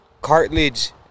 cartilage